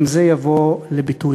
גם זה יבוא לביטוי.